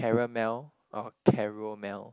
caramel or caromel